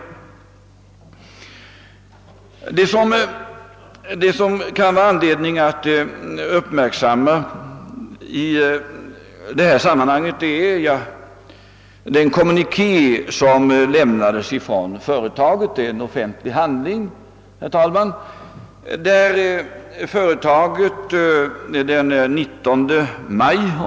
I detta sammanhang kan det vara anledning att uppmärksamma den kommuniké som i slutet av maj lämnades från företaget — det är en offentlig handling, herr talman!